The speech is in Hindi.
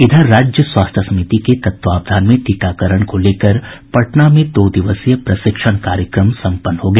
इधर राज्य स्वास्थ्य समिति के तत्वावधान में टीकाकरण को लेकर पटना में दो दिवसीय प्रशिक्षण कार्यक्रम संपन्न हो गया